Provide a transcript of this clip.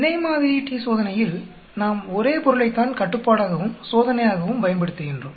இணை மாதிரி t சோதனையில் நாம் ஒரே பொருளைத்தான் கட்டுப்பாடாகவும் சோதனையாகவும் பயன்படுத்துகின்றோம்